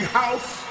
house